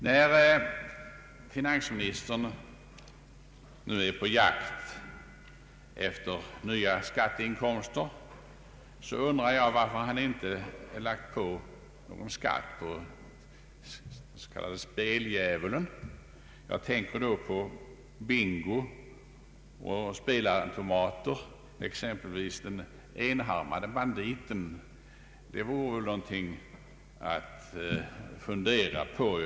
När finansministern nu är på jakt efter nya skatteinkomster, undrar jag varför han inte lagt något skatt på den s.k. speldjävulen. Jag tänker då på bingo och spelautomater, exempelvis den ”enarmade banditen”. Det vore någonting att fundera på.